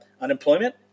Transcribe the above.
unemployment